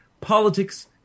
politics